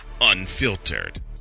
unfiltered